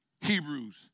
Hebrews